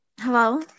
Hello